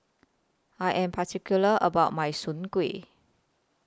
I Am particular about My Soon Kway